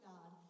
God